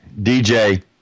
DJ